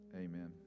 Amen